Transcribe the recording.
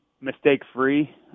mistake-free